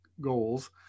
goals